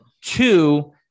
Two